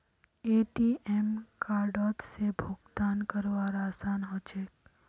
ATM कार्डओत से भुगतान करवार आसान ह छेक